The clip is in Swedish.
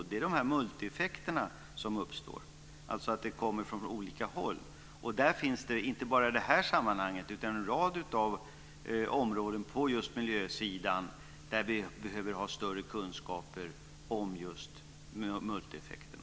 Det gäller de multieffekter som uppstår, dvs. att det hela kommer från olika håll. Detta gäller inte bara i det här sammanhanget utan på en rad områden på just miljösidan, där man behöver ha större kunskaper om just multieffekterna.